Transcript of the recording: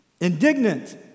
Indignant